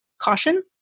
caution